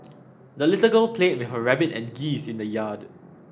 the little girl played with her rabbit and geese in the yard